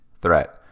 threat